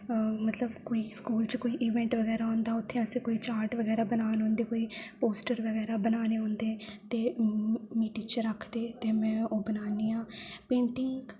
आं मतलब कोई स्कूल च कोई इवेंट बगैरा होंदा उ'त्थें अस कोई चार्ट बगैरा बनाने होंदे कोई पोस्टर बगैरा बनाने होंदे ते मिगी टीचर आखदे ते में ओह् बनानी आं पेंटिंग